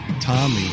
Tommy